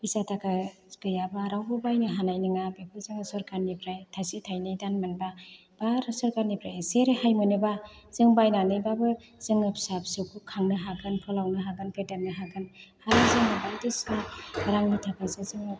फैसा थाखा गैयाबा रावबो बायनो हानाय नङा बेखौ जोङो सरखारनिफ्राय थाइसे थाइनै दान मोनबा बा सरखारनिफ्राय एसे रेहाय मोनोबा जों बायनानैबाबो जोङो फिसा फिसौखौ खांनो हागोन फोलावनो हागोन फेदेरनो हागोन आरो फैसा रांनि थाखायसो जोङो